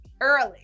early